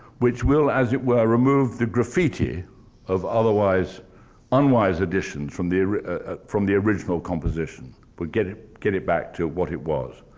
which will, as it were, remove the graffiti of otherwise unwise additions from the from the original composition. we'll get it get it back to what it was.